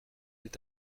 est